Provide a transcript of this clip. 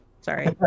sorry